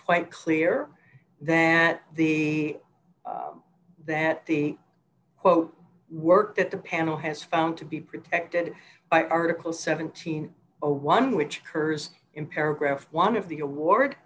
quite clear that the that the quote worked at the panel has found to be protected by article seventeen or one which kurds in paragraph one of the award